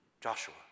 Joshua